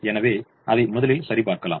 எனவே அதை முதலில் சரிபார்க்கலாம்